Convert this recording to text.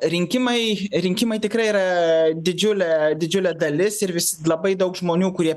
rinkimai rinkimai tikrai yra didžiulė didžiulė dalis ir visi labai daug žmonių kurie